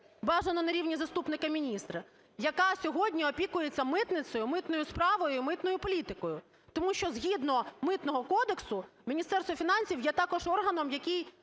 бажано на рівні заступника міністра, яка сьогодні опікується митницею, митною справою, митною політикою. Тому що, згідно Митного кодексу, Міністерство фінансів є також органом, який